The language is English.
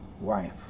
wife